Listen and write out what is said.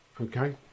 okay